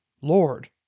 Lord